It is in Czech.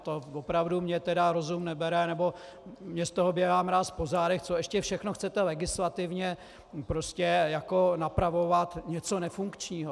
To opravdu mně tedy rozum nebere, nebo mně z toho běhá mráz po zádech, co ještě všechno chcete legislativně prostě jako napravovat něco nefunkčního.